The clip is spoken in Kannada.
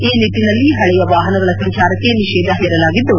ಈ ನಿಟ್ಲನಲ್ಲಿ ಹಳೆಯ ವಾಹನಗಳ ಸಂಚಾರಕ್ಕೆ ನಿಷೇಧ ಹೇರಲಾಗಿದ್ದು